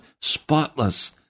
spotless